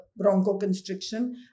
bronchoconstriction